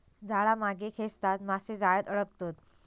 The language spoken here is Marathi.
जाळा मागे खेचताच मासे जाळ्यात अडकतत